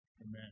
amen